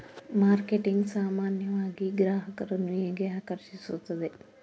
Marketing ಸಾಮಾನ್ಯವಾಗಿ ಗ್ರಾಹಕರನ್ನು ಹೇಗೆ ಆಕರ್ಷಿಸುತ್ತದೆ?